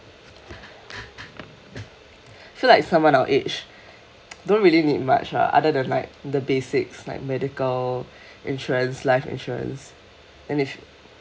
so like someone at our age don't really need much lah other than like the basics like medical insurance life insurance then they sho~